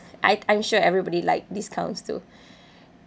I I'm sure everybody like discounts too